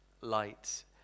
Light